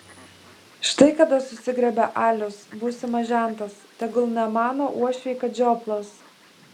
štai kada susigriebia alius būsimas žentas tegul nemano uošviai kad žioplas